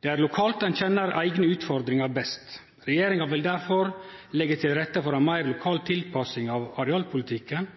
«Det er lokalt man kjenner egne utfordringer best. Regjeringen vil derfor legge til rette for mer lokal tilpasning av arealpolitikken.